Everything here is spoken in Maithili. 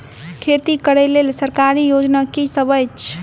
खेती करै लेल सरकारी योजना की सब अछि?